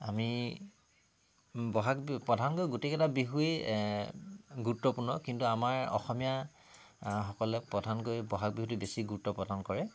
আমি বহাগ বিহু প্ৰধানকৈ গোটেইকেইটা বিহুৱেই গুৰুত্বপূৰ্ণ কিন্তু আমাৰ অসমীয়াসকলে প্ৰধানকৈ বহাগ বিহুটো বেছি গুৰুত্ব প্ৰদান কৰে